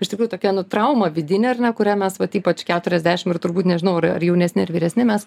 iš tikrųjų tokia nu trauma vidinė ar ne kurią mes vat ypač keturiasdešim ir turbūt nežinau ar ar jaunesni ar vyresni mes